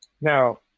now